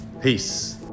Peace